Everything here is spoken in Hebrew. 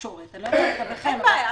ההסכם בין קצא"א לבין האמירויות לא מפורסם.